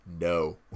No